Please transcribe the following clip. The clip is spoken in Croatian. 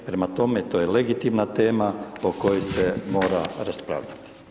Prema tome to je legitimna tema o kojoj se mora raspravljati.